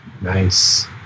Nice